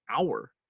hour